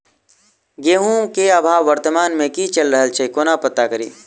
गेंहूँ केँ भाव वर्तमान मे की चैल रहल छै कोना पत्ता कड़ी?